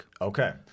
Okay